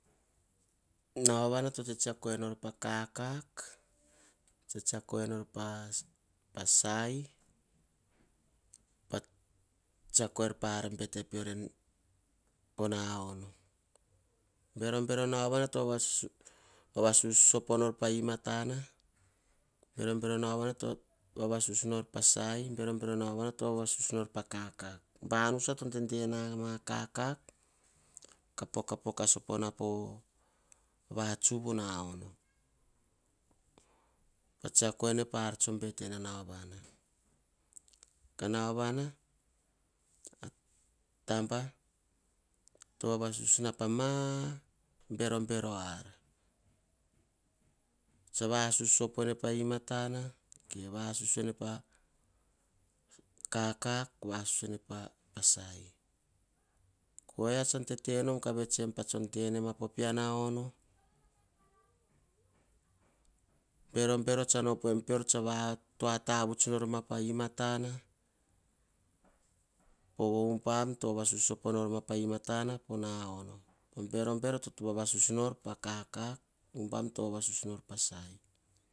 Nauvana ton tseksiako pah kakak pa sai tsiako er pah ar bete peor poh na ono bero bero nauya to vavasus sopo nor pah imatana bero bero nawwa to vavasu nor pah sahi ubam to vavasuc nor pah kakak banusa to dedenama kaka kah pokapoka na poh vatsu naono, tsiako pah ar bete peoh. kah ah taba tovava sus pah bero bero ar. Tsa vasus sopoene pah imatana. Ge vasus ene pakakak. Vasus pasai oyia tsan tetenom kah de enenma pah kakak bero bero peor tsan opoem pior pa imatana. ubam toh vavasus sopo norma pah imatana. Bero bero toh vasus pah kakak koh bero bero to vasus nor pah sai. Nauvana nabana voro pe bero toh vakes mamaninor oh bero bero sopo poh nauva vere to tenor. Pah mosina piara ubam tsa tariar, kah vavatuts peor po vore, ar vati tsor tsue kah rior kor badonor tamba nara tah kah vavatuts enoral pior. Bero bero nauova to vavasus nor pah imatana tesopoona pah gaa, ge ah tutso kain nauova na buar veri kora, pakoh pah buak mi sopo po nauva buar yeri a tsubiri ge kain nauova buar veri korah vets enor pene vuvui vapakatsoenor pene enen vatina tete amomoto. To vets enu pah ar nati to tata tsiakona vanu. pove ne eh kua vakes tsuenor mene vati va amatono. Tiva vapaka tsoe ene tovavu kainu pior pa tamba vati nor tsiako veni pene. pove akua tete amamoto en vanu sova kain ar vati tsol vaseveane kene tseak a tabani, komananu tsene tsiako kah ah tate en vanu, ene pa ma ar tsoe sata nor sese enor pene vanu. Sovene tokema vavu kai peor taba vati nor tsetsiako nor en vanu, povene ene a kua vanu. Tokita tena kua ubam mosina. Nor tsotsoenor tsan tetenon kahtata akuk enoon pah aran. Tetenom kah ann kuk em pa aran nor vanao akuk em ma. Pean tsa tetenom kah kiukiu nom. Kah aguasen pah ar tsan ananom en vanu pean. Sovene toh kiukiu kah ar kokoma tsuk nu ar vati rova nene vava onotonu en tenekiu.